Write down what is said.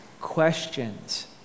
questions